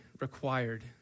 required